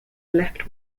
left